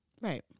Right